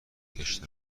گشتم